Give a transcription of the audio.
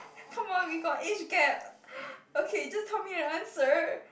come on we got age gap okay just tell me your answer